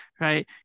right